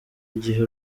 igihe